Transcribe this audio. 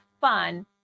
fun